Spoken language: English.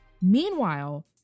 Meanwhile